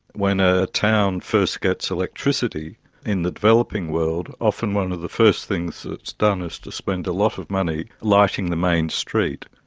when a town first gets electricity in the developing world, often one of the first things that is done is to spend a lot of money lighting the main street.